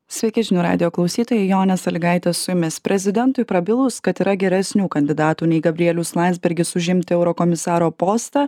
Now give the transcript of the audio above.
sveiki žinių radijo klausytojai jonė sąlygaitė su jumis prezidentui prabilus kad yra geresnių kandidatų nei gabrielius landsbergis užimti eurokomisaro postą